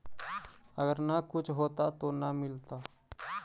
अगर न कुछ होता तो न मिलता?